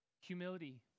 Humility